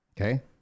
Okay